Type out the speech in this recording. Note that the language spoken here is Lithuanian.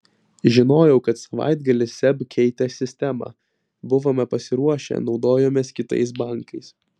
žinojau kad savaitgalį seb keitė sistemą buvome pasiruošę naudojomės kitais bankais